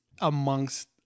amongst